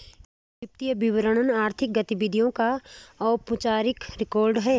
क्या वित्तीय विवरण आर्थिक गतिविधियों का औपचारिक रिकॉर्ड है?